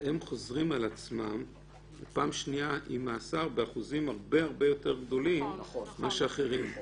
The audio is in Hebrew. חוזרים פעם שנייה עם מאסר באחוזים הרבה יותר גדולים מאחרים.